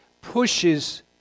pushes